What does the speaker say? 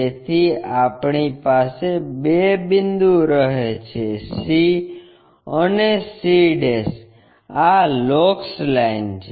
તેથી આપણી પાસે બે બિંદુ રહે છે c અને c આ લોકસ લાઇન છે